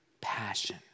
passion